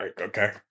Okay